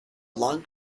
long